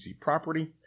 property